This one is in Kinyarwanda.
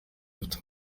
bafite